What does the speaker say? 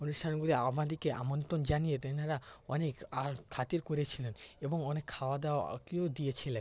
অনুষ্ঠানগুলি আমাদেরকে আমন্ত্রণ জানিয়ে তারা অনেক খাতির করেছিলেন এবং অনেক খাওয়া দাওয়াকেও দিয়েছিলেন